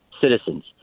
citizens